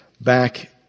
back